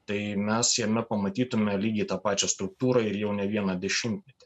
tai mes jame pamatytume lygiai tą pačią struktūrą ir jau ne vieną dešimtmetį